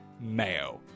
mayo